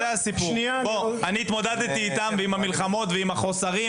אני התמודדתי איתן ועם המלחמות ועם החוסר.